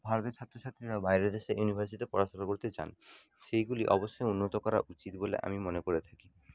ভারতের ছাত্রছাত্রীরা বাইরের দেশের ইউনিভার্সিটিতে পড়াশুনো করতে যান সেইগুলি অবশ্যই উন্নত করা উচিত বলে আমি মনে করে থাকি